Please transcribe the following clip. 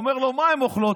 הוא אומר לו: מה הן אוכלות?